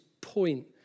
point